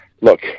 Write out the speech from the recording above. look